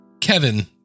Kevin